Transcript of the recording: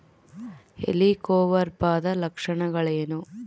ಹೆಲಿಕೋವರ್ಪದ ಲಕ್ಷಣಗಳೇನು?